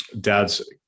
dads